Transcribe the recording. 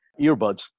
earbuds